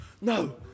no